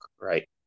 right